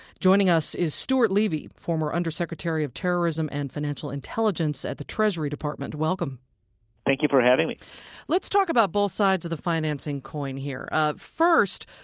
joining us is stuart levey, former undersecretary of terrorism and financial intelligence at the treasury department. welcome thank you for having me let's talk about both sides of the financing coin here. first,